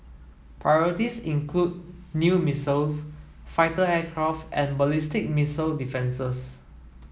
priorities include new missiles fighter aircraft and ballistic missile defences